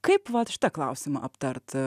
kaip vat šitą klausimą aptart